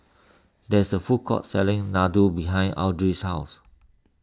there is a food court selling Laddu behind Audry's house